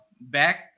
back